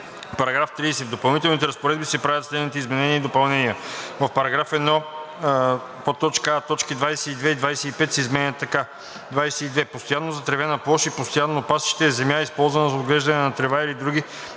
§ 30: „§ 30. В допълнителните разпоредби се правят следните изменения и допълнения: 1. В § 1: а) точки 22 – 25 се изменят така: „22. „Постоянно затревена площ и постоянно пасище“ е земя, използвана за отглеждане на трева или други